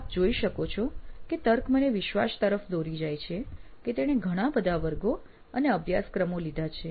આપ જોઈ શકો છો કે તર્ક મને વિશ્વાસ તરફ દોરી જાય છે કે તેણે ઘણા બધા વર્ગો અને અભ્યાસક્રમો લીધા છે